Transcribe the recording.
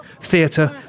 Theatre